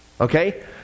Okay